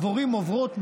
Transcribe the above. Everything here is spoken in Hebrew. הדבורים עוברות,